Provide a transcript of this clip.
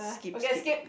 skip skip